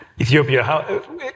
Ethiopia